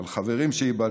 על חברים שאיבדתי.